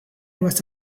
was